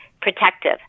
protective